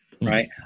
right